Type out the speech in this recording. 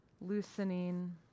loosening